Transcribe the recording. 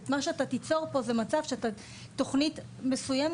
מה שאתה תיצור פה זה מצב שאתה תוכנית מסוימת